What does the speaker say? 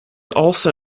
also